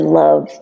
love